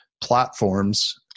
platforms